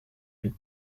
huit